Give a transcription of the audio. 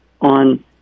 on